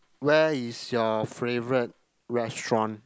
where is your favourite restaurant